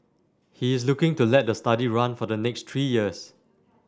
he is looking to let the study run for the next three years